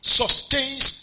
sustains